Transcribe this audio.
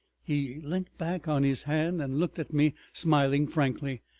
he leant back on his hand and looked at me, smiling frankly.